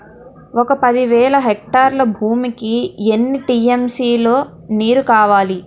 ఒక పది వేల హెక్టార్ల భూమికి ఎన్ని టీ.ఎం.సీ లో నీరు కావాలి?